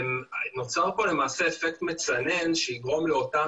זה ייצור למעשה אפקט מצנן שיגרום לאותם